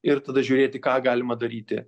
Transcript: ir tada žiūrėti ką galima daryti